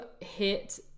hit